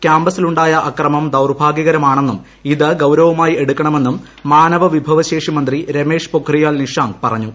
ക്യാമ്പസിലുണ്ടായ അക്രമം ദൌർഭാഗൃകരമാണെന്നും ഇത് ഗൌരവമായി എടുക്കണമെന്നും മാനവവിഭവശേഷി മന്ത്രി രമേഷ് പൊഖ്രിയാൽ നിഷാങ്ക് പറഞ്ഞു